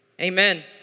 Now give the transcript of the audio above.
Amen